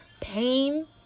pain